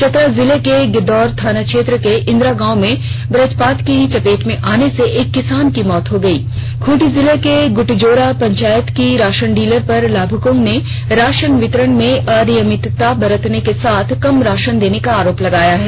चतरा जिले के गिद्दौर थाना क्षेत्र के इंद्रा गांव में बजपात की चपेट में आने से एक किसान की मौत हो गय खूंटी जिले के गुटजोरा पंचायत की राशनडीलर पर लाभुकों ने राशन बितरण में अनियमितता बरतने के साथ केम राशन देने का आरोप लगाया है